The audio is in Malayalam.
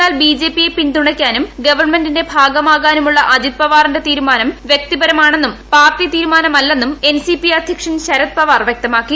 എന്നാൽ ബിജെപി യെ പിന്തുണയ്ക്കാനും ഗവൺമെന്റിന്റെ ഭാഗമാകാനുമുള്ള അജിത്പവാറിന്റെ തീരുമാനം വ്യക്തിപരമാണെന്നും പാർട്ടി തീരുമാനമല്ലെന്നും എൻ സി പി അധ്യക്ഷൻ ശരത് പവാർ വ്യക്തമാക്കി